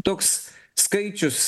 toks skaičius